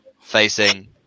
facing